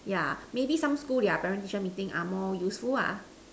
yeah maybe some school their parent teacher meeting are more useful ah